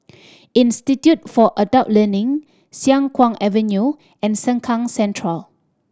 Institute for Adult Learning Siang Kuang Avenue and Sengkang Central